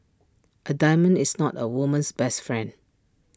A diamond is not A woman's best friend